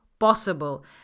Possible